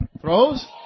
throws